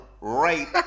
right